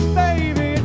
baby